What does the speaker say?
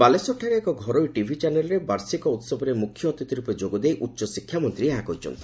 ବାଲେଶ୍ୱରଠାରେ ଏକ ଘରୋଇ ଟିଭି ଚ୍ୟାନେଲ୍ରେ ବାର୍ଷିକ ଉହବରେ ମୁଖ୍ୟଅତିଥି ରୂପେ ଯୋଗଦେଇ ଉଚ୍ଚଶିକ୍ଷାମନ୍ତ୍ରୀ ଏହା କହିଛନ୍ତି